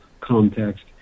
context